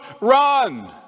run